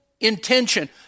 intention